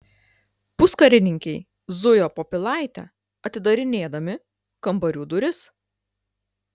puskarininkiai zujo po pilaitę atidarinėdami kambarių duris